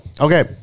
Okay